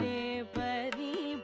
the but the